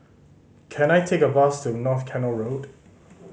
can I take a bus to North Canal Road